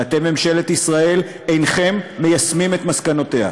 ואתם, ממשלת ישראל, אינכם מיישמים את מסקנותיה.